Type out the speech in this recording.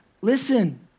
listen